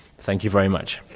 thank you very much.